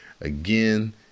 again